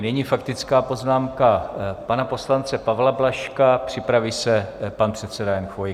Nyní faktická poznámka pana poslance Pavla Blažka, připraví se pan předseda Chvojka.